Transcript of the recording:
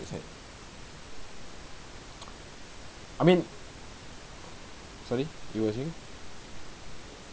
is it I mean sorry you were saying